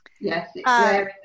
yes